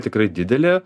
tikrai didelė